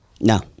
No